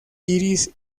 iris